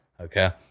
Okay